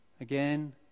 Again